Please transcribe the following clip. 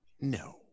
No